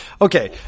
Okay